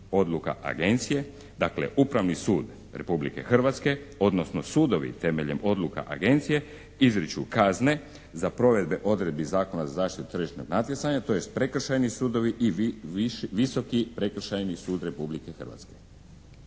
odluka Agencije. Dakle, Upravni sud Republike Hrvatske, odnosno sudovi temeljem odluka Agencije izriču kazne za provedbe odredbi Zakona za zaštitu tržišnog natjecanja, tj. prekršajni sudovi i Visoki prekršajni sud Republike Hrvatske.